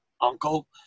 uncle